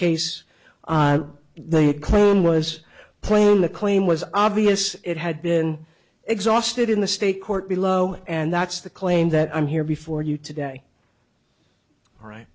case the call was playing the claim was obvious it had been exhausted in the state court below and that's the claim that i'm here before you today right